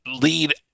lead